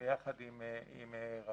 יחד עם רח"ל,